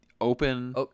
open